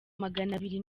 maganabiri